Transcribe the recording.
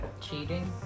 Cheating